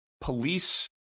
police